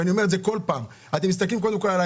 אני אומר: ככל שתשלם יותר,